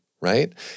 right